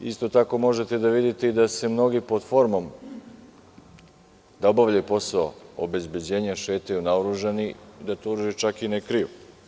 Isto tako, možete da vidite i da se mnogi pod formom da obavljaju posao obezbeđenja šetaju naoružani i da to oružje čak i ne kriju.